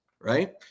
right